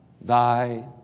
thy